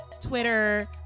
Twitter